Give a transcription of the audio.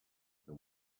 the